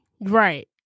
right